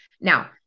Now